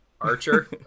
Archer